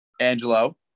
angelo